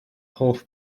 hoff